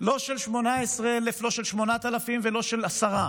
לא של 18,000, לא של 8,000 ולא של עשרה.